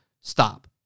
stop